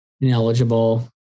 Ineligible